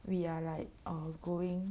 we are like err going